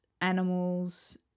animals